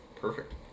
Perfect